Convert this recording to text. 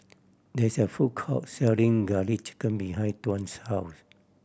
there is a food court selling Garlic Chicken behind Tuan's house